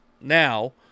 Now